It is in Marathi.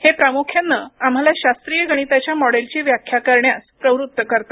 हे प्रामुख्याने आम्हाला शास्त्रीय गणिताच्या मॉडेलची व्याख्या करण्यास प्रवृत्त करते